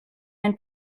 ein